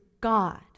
God